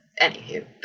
anywho